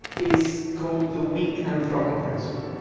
is called the weak anthropic principle.